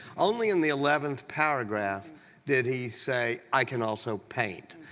only in the eleventh paragraph did he say, i can also paint.